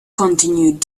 continued